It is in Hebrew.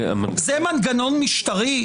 זה מנגנון משטרי?